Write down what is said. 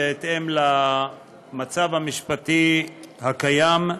בהתאם למצב המשפטי הקיים,